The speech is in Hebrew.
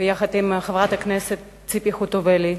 יחד עם חברת הכנסת ציפי חוטובלי,